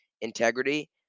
integrity